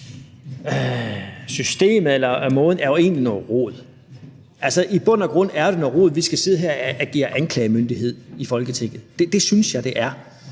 rigsretssagssystemet jo egentlig er noget rod. I bund og grund er det noget rod, at vi skal sidde og agere anklagemyndighed i Folketinget. Det synes jeg det er.